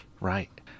Right